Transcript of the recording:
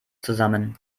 zusammen